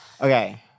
Okay